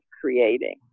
creating